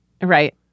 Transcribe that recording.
Right